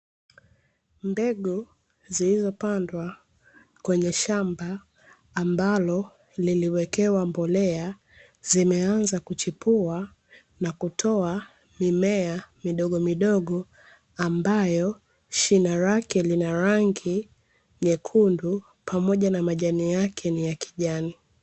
Mbegu zilizopandwa kwenye shamba ambalo liliwekewa mbolea, zimeanza kuchipua na kutoa mimea midogomidogo, ambayo shina lake lina rangi nyekundu pamoja na majani yake ni ya kijani .